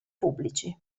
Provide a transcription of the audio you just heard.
pubblici